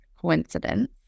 coincidence